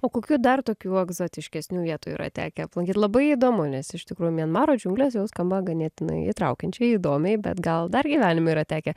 o kokių dar tokių egzotiškesnių vietų yra tekę aplankyt labai įdomu nes iš tikrųjų mianmaro džiunglės jau skamba ganėtinai įtraukiančiai įdomiai bet gal dar gyvenime yra tekę